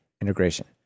integration